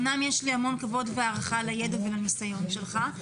אומנם יש לי המון כבוד והערכה לידע ולניסיון שלך,